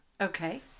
Okay